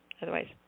Otherwise